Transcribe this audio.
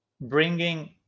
bringing